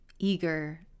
Eager